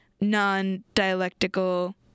non-dialectical